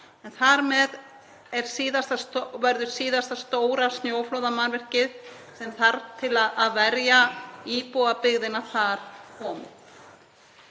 Þar með verður síðasta stóra snjóflóðamannvirkið sem þarf til að verja íbúabyggðina þar komið.